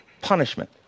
punishment